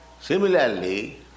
Similarly